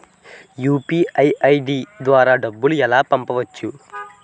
UPI ID ద్వారా డబ్బులు ఎలా పంపవచ్చు?